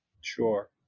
Sure